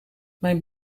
mijn